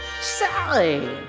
Sally